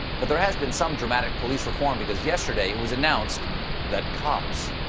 but there has been some dramatic police reform, because yesterday, it was announced that cops,